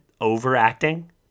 overacting